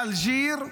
באלג'יר,